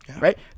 Right